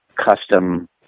custom